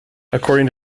according